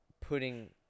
putting